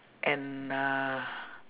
and uh